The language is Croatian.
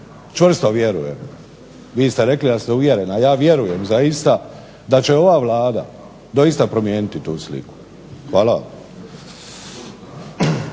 čvrsto vjerujem, vi ste rekli da ste uvjeren, a ja vjerujem zaista da će ova Vlada doista promijeniti tu sliku. Hvala vam.